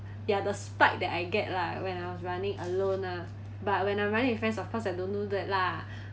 ya the spike that I get lah when I was running alone lah but when I'm running with my friends of course I don't do that lah